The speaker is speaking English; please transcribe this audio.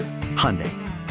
hyundai